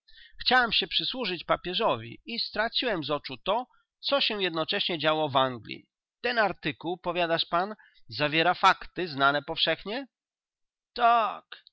chciałem się przysłużyć papieżowi i straciłem z oczu to co się jednocześnie działo w anglii ten artykuł powiadasz pan zawiera fakty znane powszechnie tak